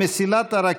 כל דבר,